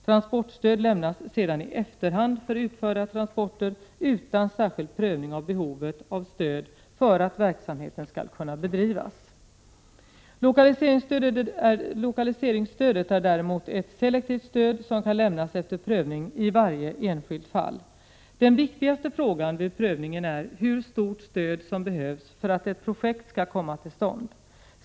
Transportstöd lämnas sedan i efterhand för utförda transporter utan särskild prövning av behovet av stöd för att verksamheten skall kunna bedrivas. Lokaliseringsstödet är däremot ett selektivt stöd som kan lämnas efter prövning i varje enskilt fall. Den viktigaste frågan vid prövningen är hur stort stöd som behövs för att ett projekt skall komma till stånd.